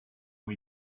ont